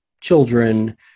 children